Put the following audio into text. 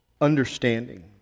understanding